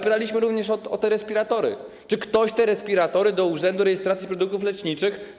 Pytaliśmy również o te respiratory, o to, czy ktoś zgłosił te respiratory do urzędu rejestracji produktów leczniczych.